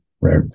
Right